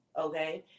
okay